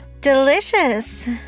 delicious